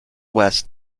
west